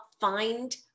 find